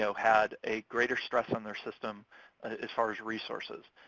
so had a greater stress on their system as far as resources.